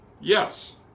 yes